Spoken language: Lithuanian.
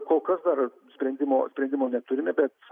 kol kas dar sprendimo sprendimo neturime bet